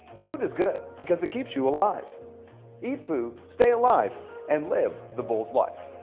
food is good because it keeps you alive eat food stay alive and live the bulls life.